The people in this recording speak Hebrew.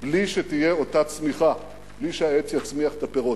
בלי שתהיה אותה צמיחה, בלי שהעץ יצמיח את הפירות.